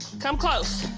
come close.